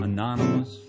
Anonymous